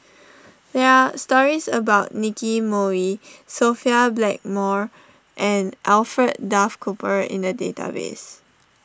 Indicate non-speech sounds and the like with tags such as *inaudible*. *noise* there are stories about Nicky Moey Sophia Blackmore and Alfred Duff Cooper in the database